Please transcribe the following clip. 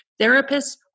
therapists